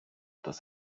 das